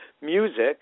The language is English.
music